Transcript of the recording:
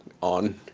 on